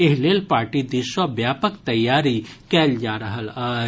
एहि लेल पार्टी दिस सँ व्यापक तैयारी कयल जा रहल अछि